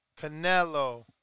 Canelo